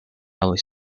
early